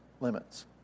limits